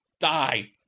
die!